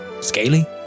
scaly